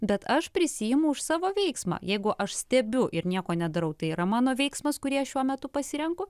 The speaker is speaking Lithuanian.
bet aš prisiimu už savo veiksmą jeigu aš stebiu ir nieko nedarau tai yra mano veiksmas kurį aš šiuo metu pasirenku